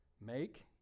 make